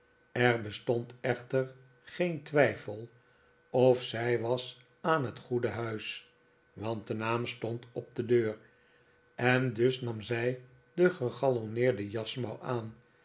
er bestond echter geen twijfel of zij was aan het goede huis want de naam stond op de deur en dus nam zij de gegalonneerde jasmouw aan